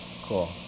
cool